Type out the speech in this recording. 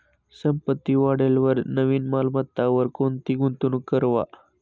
संपत्ती वाढेलवर नवीन मालमत्तावर कोणती गुंतवणूक करवा